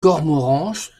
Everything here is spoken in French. cormoranche